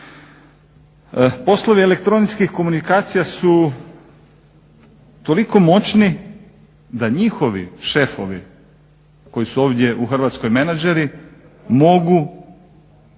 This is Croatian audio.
Poslovi elektroničkih komunikacija su toliko moćni da njihovi šefovi koji su ovdje u Hrvatskoj menadžeri mogu